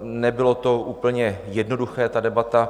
Nebylo to úplně jednoduché, ta debata.